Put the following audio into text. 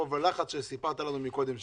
מרוב הלחץ שעליו סיפרת לנו קודם.